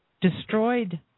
destroyed